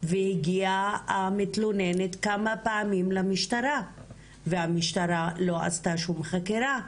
והגיעה המתלוננת כמה פעמים למשטרה והמשטרה לא עשתה שום חקירה,